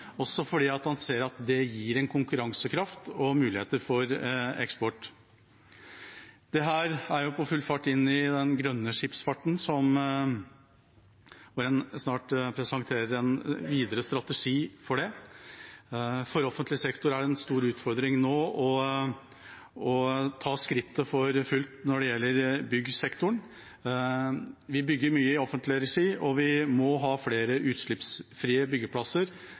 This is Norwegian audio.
også fordi man ser at det gir en konkurransekraft og muligheter for eksport. Dette er for full fart på vei inn i den grønne skipsfarten, som man snart presenterer en videre strategi for. For offentlig sektor er det nå en stor utfordring å ta skrittet for fullt når det gjelder byggsektoren. Vi bygger mye i offentlig regi, og vi må ha flere utslippsfrie byggeplasser.